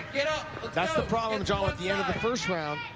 you know but that's the problem, john, at the end of the first round.